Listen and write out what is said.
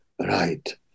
right